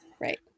Right